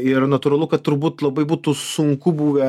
ir natūralu kad turbūt labai būtų sunku buvę